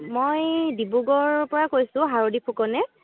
মই ডিবুগড়ৰ পা কৈছোঁ শাৰদী ফুকনে